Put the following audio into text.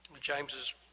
james's